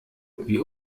wie